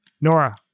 Nora